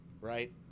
right